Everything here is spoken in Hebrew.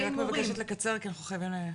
אני רק מבקשת לקצר כי אנחנו חייבים לסיים.